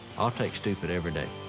i'll take stupid every day.